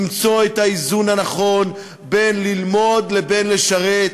למצוא את האיזון הנכון בין ללמוד לבין לשרת,